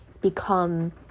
become